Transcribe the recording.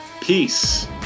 peace